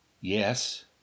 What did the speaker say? Yes